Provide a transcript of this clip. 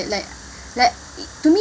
like like to me